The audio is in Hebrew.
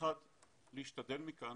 להשתדל מכאן